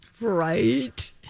Right